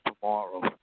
tomorrow